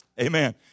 Amen